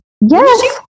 Yes